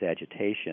agitation